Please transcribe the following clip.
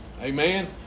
Amen